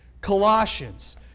Colossians